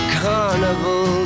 carnival